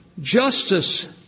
justice